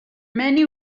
many